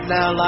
Now